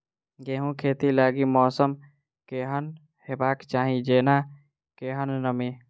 गेंहूँ खेती लागि मौसम केहन हेबाक चाहि जेना केहन नमी?